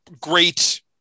great